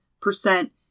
percent